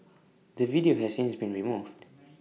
the video has since been removed